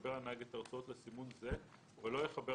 יבחר הנהג את הרצועות לסימון זה ולא יחבר